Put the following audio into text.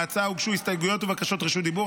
להצעה הוגשו הסתייגויות ובקשות רשות דיבור.